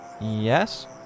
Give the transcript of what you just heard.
Yes